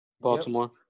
Baltimore